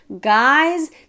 guys